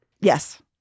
Yes